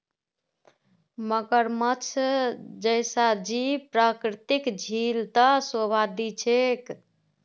मगरमच्छ जैसा जीव प्राकृतिक झील त शोभा दी छेक